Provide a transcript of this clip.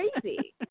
crazy